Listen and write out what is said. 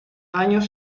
años